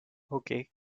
okay